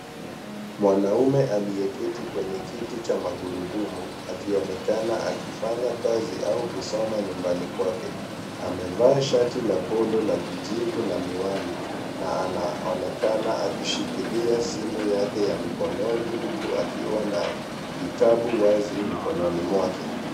Mwanaume aliyeketi kwenye kiti cha magurudumu akionekana akifanya kazi au kusoma nyumbani kwake. Amevaa shati la polo la kijivu na miwani na anaonekana akishikilia simu yake ya mkononi huku akiwa na kitabu wazi mikononi mwake.